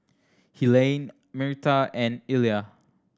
Helaine Myrta and Illya